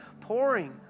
pouring